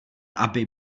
aby